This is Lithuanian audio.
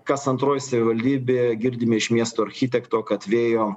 kas antroj savivaldybėje girdime iš miesto architekto kad vėjo